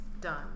done